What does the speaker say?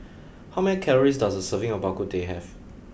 how many calories does a serving of Bak Kut Teh have